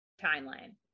timeline